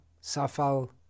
Safal